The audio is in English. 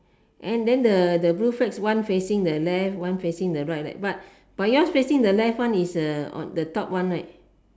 and then the the blue flags one facing the left one facing the right right but but yours facing the left one is uh on the top one right